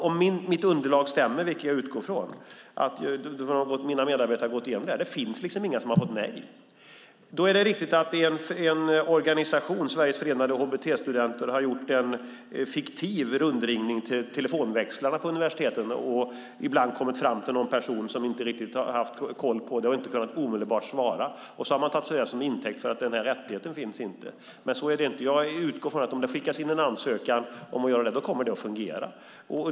Om mitt underlag stämmer, vilket jag utgår ifrån eftersom mina medarbetare har gått igenom det här, finns det inga som har fått nej. Det är en organisation, Sveriges Förenade HBTQ-studenter, som har gjort en fiktiv rundringning till telefonväxlarna på universiteten. Ibland har de kommit fram till en person som inte har haft riktig koll på detta och inte kunnat svara omedelbart. Det har man tagit till intäkt för att den här rättigheten inte finns, men så är det inte. Jag utgår ifrån att om det skickas in en ansökan om att göra detta kommer det att fungera.